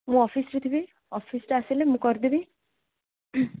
ମୁଁ ଅଫିସ୍ରେ ଥିବି ଅଫିସ୍ଟା ଆସିଲେ ମୁଁ କରିଦେବି